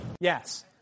Yes